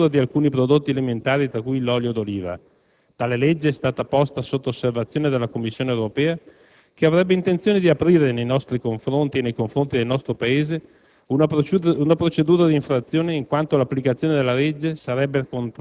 È in gioco il futuro della legge n. 204 del 2004, relativa all'etichettatura di alcuni prodotti alimentari, tra cui l'olio d'oliva. Tale legge è stata posta sotto osservazione dalla Commissione europea che avrebbe intenzione di aprire nei confronti del nostro Paese